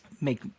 make